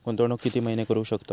गुंतवणूक किती महिने करू शकतव?